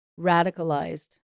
radicalized